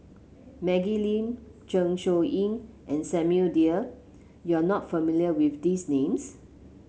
Maggie Lim Zeng Shouyin and Samuel Dyer you are not familiar with these names